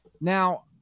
Now